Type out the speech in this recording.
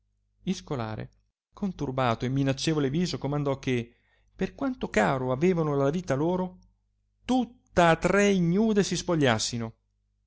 il scolare con turbato e minaccevole viso comandò che per quanto caro avevano la vita loro tutta tre ignude si spogliassino